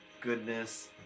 goodness